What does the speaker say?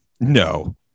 no